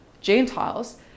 Gentiles